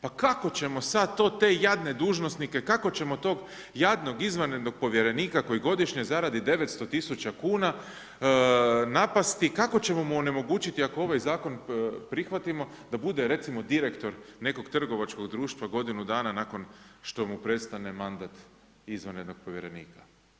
Pa kako ćemo sad to te jadne dužnosnike, kako ćemo tog jadnog izvanrednog povjerenika koji godišnje zaradi 900 000 kuna napasti, kako ćemo mu onemogućiti ako ovaj zakon prihvatimo da bude recimo direktor trgovačkog društva godinu dana nakon što mu prestane mandat izvanrednog povjerenika?